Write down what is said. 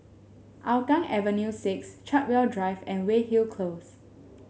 Hougang Avenue Six Chartwell Drive and Weyhill Close